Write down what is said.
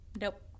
Nope